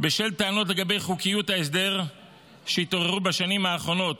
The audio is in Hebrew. בשל טענות לגבי חוקיות ההסדר שהתעוררו בשנים האחרונות,